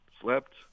slept